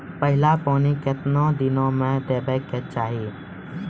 पहिल पानि कतबा दिनो म देबाक चाही?